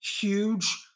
huge